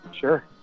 Sure